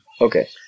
Okay